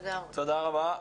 תודה רבה.